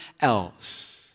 else